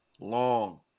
Long